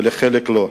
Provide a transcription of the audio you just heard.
ובחלק לא.